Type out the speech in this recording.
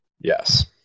Yes